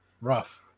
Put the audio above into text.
rough